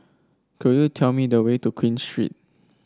could you tell me the way to Queen Street